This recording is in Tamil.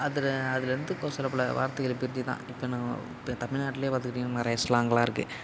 அதில் அதுலேருந்து ஒரு சில பல வார்த்தைகளை பிரிஞ்சு தான் இப்போ நான் இப்போ தமிழ்நாட்டிலே பார்த்துக்கிட்டீங்கன்னா நிறைய ஸ்லாங்கெலாம் இருக்குது